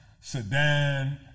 sedan